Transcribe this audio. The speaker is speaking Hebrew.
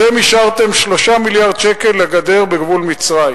אתם אישרתם 3 מיליארד שקל לגדר בגבול מצרים